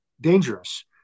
dangerous